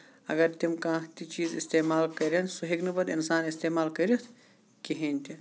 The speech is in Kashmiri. اَگر تِم کانہہ تہِ چیٖز اِستعمال کٔرن سُہ ہٮ۪کہِ نہٕ پَتہٕ اِنسان اِستعمال کٔرِتھ کِہیٖںۍ تہِ